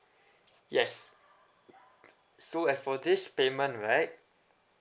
yes so as for this payment right